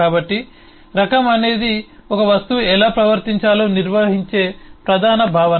కాబట్టి రకం అనేది ఒక వస్తువు ఎలా ప్రవర్తించాలో నిర్వచించే ప్రధాన భావన